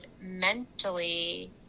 mentally